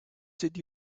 did